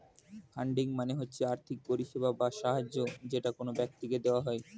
funding মানে হচ্ছে আর্থিক পরিষেবা বা সাহায্য যেটা কোন ব্যক্তিকে দেওয়া হয়